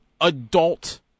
adult